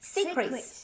Secrets